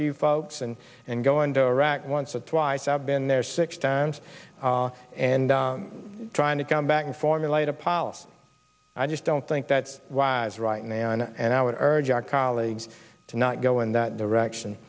few folks and and go into iraq once or twice i've been there six times and trying to come back and formulate a policy i just don't think that's wise right now and i would urge our colleagues to not go in that direction